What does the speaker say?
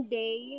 day